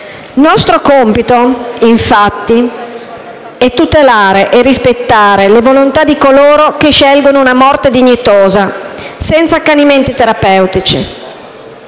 Nostro compito, infatti, è tutelare e rispettare le volontà di coloro che scelgono una morte dignitosa, senza accanimenti terapeutici.